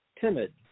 timid